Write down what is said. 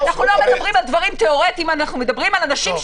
לך אנחנו מוותרים בפעם הראשונה.